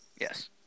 Yes